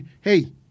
Hey